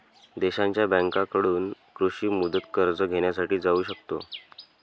देशांच्या बँकांकडून कृषी मुदत कर्ज घेण्यासाठी जाऊ शकतो